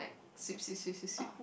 sweep sweep sweep sweep sweep